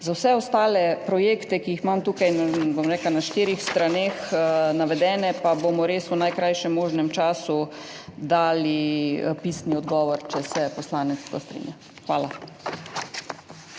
Za vse ostale projekte, ki jih imam tukaj navedene na štirih straneh, pa bomo res v najkrajšem možnem času dali pisni odgovor, če se poslanec s tem strinja. Hvala.